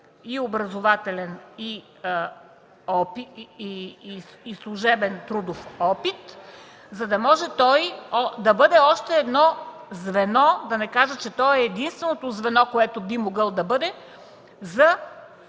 и образователен, и служебен, и трудов опит, за да може той да бъде още едно звено, да не кажа, че той е единственото звено, което би могъл да бъде, за